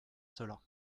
cela